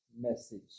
message